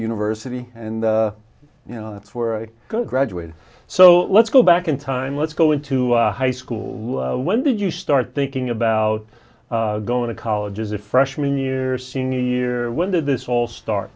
university and you know that's where i graduated so let's go back in time let's go into high school when did you start thinking about going to college as a freshman year senior year when did this all start